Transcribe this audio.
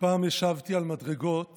"פעם ישבתי על מדרגות